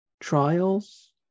trials